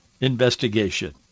investigation